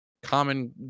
common